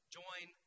join